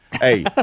Hey